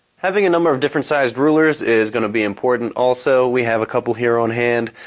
having a number of different size rulers is going to be important also. we have a couple here on hand.